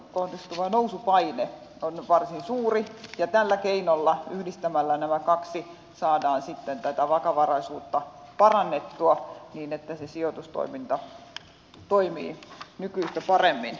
työeläkemaksuihin kohdistuva nousupaine on varsin suuri ja tällä keinolla yhdistämällä nämä kaksi saadaan sitten tätä vakavaraisuutta parannettua niin että se sijoitustoiminta toimii nykyistä paremmin